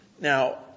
Now